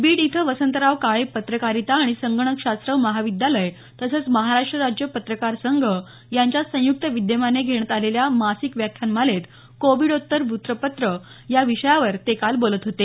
बीड इथं वसंतराव काळे पत्रकारीता आणि संगणकशास्त्र महाविद्यालय तसंच महाराष्ट्र राज्य पत्रकार संघ यांच्या संयुक्त विद्यमाने घेण्यात आलेल्या मासिक व्याख्यानमालेत कोविडोत्तर वृत्तपत्रे या विषयावर ते काल बोलत होते